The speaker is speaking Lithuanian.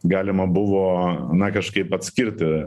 galima buvo na kažkaip atskirti